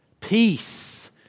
peace